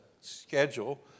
schedule